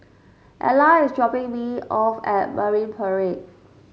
Ela is dropping me off at Marine Parade